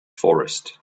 forest